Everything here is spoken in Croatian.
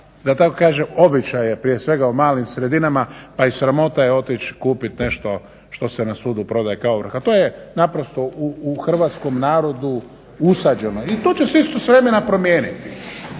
da tako kažem običaj je prije svega u malim sredinama pa i sramota je otići kupit nešto što se na sudu prodaje kao ovrha. To je naprosto u hrvatskom narodu usađeno i tu će se isto s vremena promijeniti,